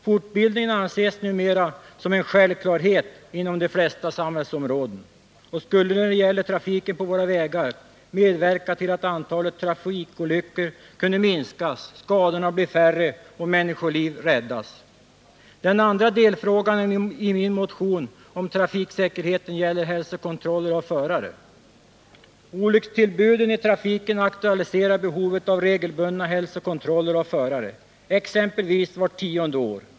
Fortbildning anses numera som en självklarhet inom de flesta samhällsområden och skulle, när det gäller trafiken på våra vägar, medverka till att antalet trafikolyckor kunde minskas, att skadorna kunde bli färre och människoliv kunde räddas. Den andra delfrågan i min motion om trafiksäkerheten gäller hälsokontroller av förare. Olyckstillbuden i trafiken aktualiserar behovet av regelbundna hälsokontroller av förare, exempelvis vart tionde år.